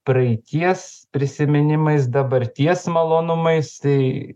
praeities prisiminimais dabarties malonumais tai